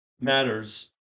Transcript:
matters